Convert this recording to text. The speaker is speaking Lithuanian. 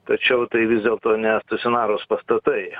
tačiau tai vis dėlto ne stacionarūs pastatai